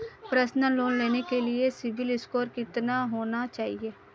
Personal loan लेने के लिए सिबिल स्कोर कितना होना चाहिए?